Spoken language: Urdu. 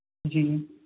جی